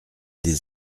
des